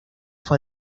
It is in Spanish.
fue